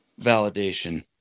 validation